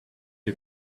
are